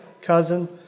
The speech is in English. cousin